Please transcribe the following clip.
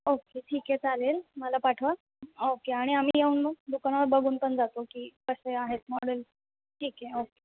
okay ठीक आहे चालेल मला पाठवा ओके आणि आम्ही येऊन मग दुकानावर बघून पण जातो की कसे आहेत मॉडेल ठीक आहे ओके